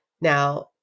Now